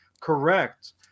correct